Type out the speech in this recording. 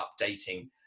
updating